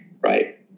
right